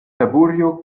taburio